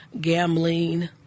gambling